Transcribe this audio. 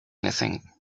anything